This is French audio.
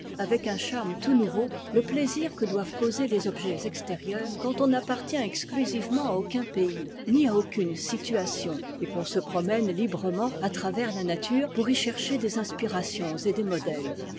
avec un charme tout nouveau le plaisir que doivent causer les objets extérieurs quand on n'appartient exclusivement à aucun pays ni à aucune situation et qu'on se promène librement à travers la nature pour y chercher des inspirations et des modèles